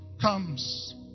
comes